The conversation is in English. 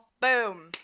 Boom